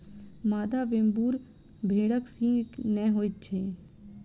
मादा वेम्बूर भेड़क सींघ नै होइत अछि